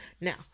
now